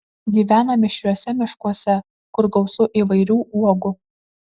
gyvena mišriuose miškuose kur gausu įvairių uogų